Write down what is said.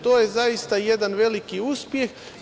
To je zaista jedan veliki uspeh.